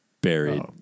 buried